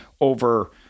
over